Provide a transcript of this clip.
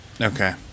Okay